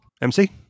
MC